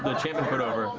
the enchantment put over.